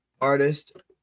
artist